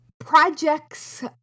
projects